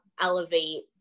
elevate